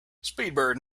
speedbird